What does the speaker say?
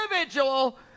individual